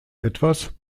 etwas